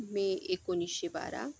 मे एकोणीसशे बारा